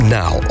now